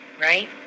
right